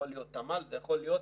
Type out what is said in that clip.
אלה יכולים להיות